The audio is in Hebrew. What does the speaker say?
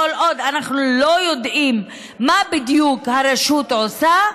כל עוד אנחנו לא יודעים מה בדיוק הרשות עושה,